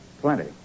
Plenty